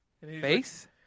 face